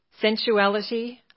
sensuality